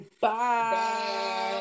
Bye